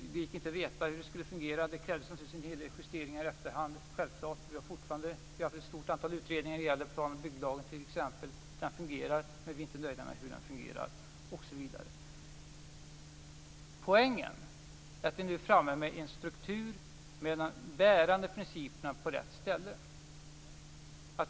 Det gick inte att veta hur den skulle fungera. Det krävdes naturligtvis en hel del justeringar i efterhand. Vi har haft ett stort antal utredningar när det gäller t.ex. plan och bygglagen. Den fungerar, men vi är inte nöjda med hur den fungerar - osv. Poängen är att vi nu är framme med en struktur med de bärande principerna på rätt ställe.